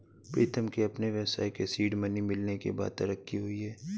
प्रीतम के अपने व्यवसाय के सीड मनी मिलने के बाद तरक्की हुई हैं